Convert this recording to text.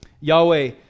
Yahweh